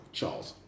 Charles